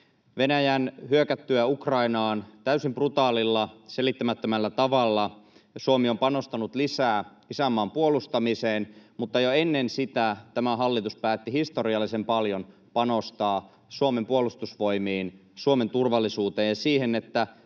Venäjän hyökättyä Ukrainaan täysin brutaalilla ja selittämättömällä tavalla Suomi on panostanut lisää isänmaan puolustamiseen, mutta jo ennen sitä tämä hallitus päätti panostaa historiallisen paljon Suomen Puolustusvoimiin, Suomen turvallisuuteen ja siihen, että